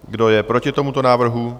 Kdo je proti tomuto návrhu?